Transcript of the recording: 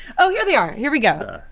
oh here they are, here we go.